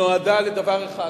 נועדה לדבר אחד,